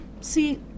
see